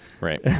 Right